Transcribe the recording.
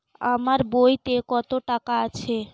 আমার বইতে কত টাকা আছে?